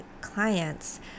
clients